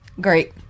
Great